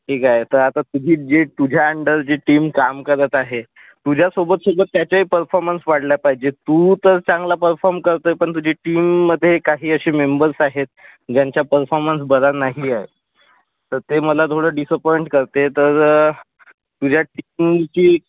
ठीक आहे तर आता तुझी जी तुझ्या अंडर जी टीम काम करत आहे तुझ्यासोबतसुद्धा त्याचाही परफॉर्मन्स वाढला पाहिजे तू तर चांगला परफॉर्म करतोय पण तुझी टीममधे काही असे मेंबर्स आहेत ज्यांचा परफॉर्मन्स बरं नाही आहे तर ते मला थोडं डिसअपॉइंट करते तर तुझ्या टीमची